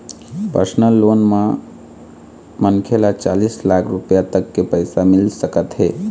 personal loan म मनखे ल चालीस लाख रूपिया तक के पइसा मिल सकत हे